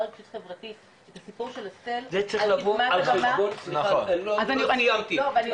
רגשית-חברתית והסיפור של ה-self על קדמת הבמה --- לא סיימתי,